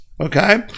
okay